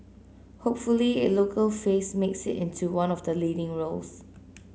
hopefully a local face makes it into one of the leading roles